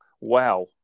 Wow